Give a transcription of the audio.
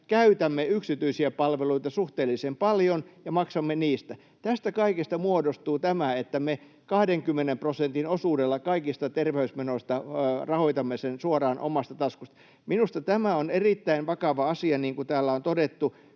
käytämme yksityisiä palveluita suhteellisen paljon ja maksamme niistä. Tästä kaikesta muodostuu tämä, että 20 prosentin osuuden kaikista terveysmenoista rahoitamme suoraan omasta taskusta. Minusta tämä on erittäin vakava asia, niin kuin täällä on todettu.